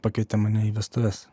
pakvietė mane į vestuves